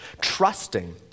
trusting